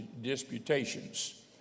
disputations